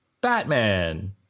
Batman